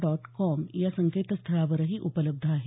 dot com या संकेतस्थळावरही उपलब्ध आहे